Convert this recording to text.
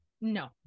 No